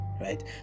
right